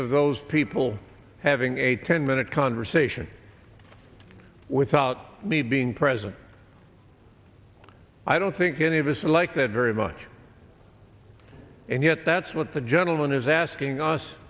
of those people having a ten minute conversation without me being present i don't think any of us like that very much and yet that's what the gentleman is asking us